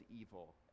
evil